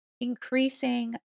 increasing